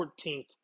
14th